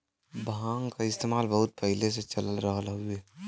भांग क इस्तेमाल बहुत पहिले से चल रहल हउवे